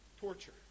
Torture